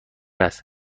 است